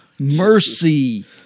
mercy